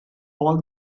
all